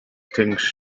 things